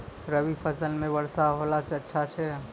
रवी फसल म वर्षा होला से अच्छा छै?